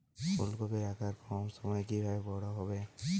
ফুলকপির আকার কম সময়ে কিভাবে বড় হবে?